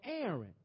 Aaron